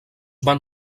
van